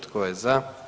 Tko je za?